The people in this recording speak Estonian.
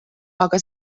aga